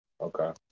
Okay